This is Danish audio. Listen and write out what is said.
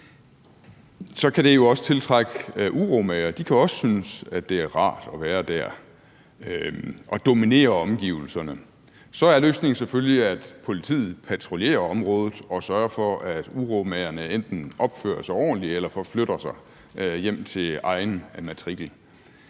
kan det jo også tiltrække uromagere. De kan også synes, at det er rart at være der og dominere omgivelserne. Så er løsningen selvfølgelig, at politiet patruljerer området og sørger for, at uromagerne enten opfører sig ordentligt eller forflytter sig hjem til egen matrikel.